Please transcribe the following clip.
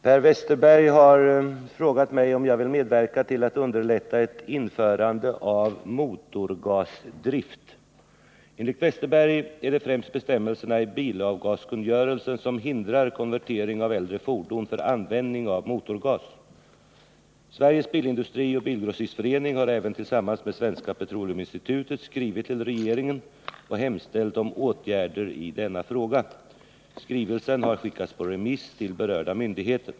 Herr talman! Per Westerberg har frågat mig om jag vill medverka till att underlätta ett införande av motorgasdrift. Enligt Westerberg är det främst bestämmelserna i bilavgaskungörelsen som hindrar konvertering av äldre fordon för användning av motorgas. Sveriges bilindustrioch bilgrossistförening har även tillsammans med Svenska petroleuminstitutet skrivit till regeringen och hemställt om åtgärder i denna fråga. Skrivelsen har skickats på remiss till berörda myndigheter.